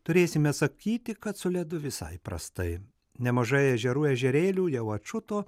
turėsime sakyti kad su ledu visai prastai nemažai ežerų ežerėlių jau atšuto